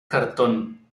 cartón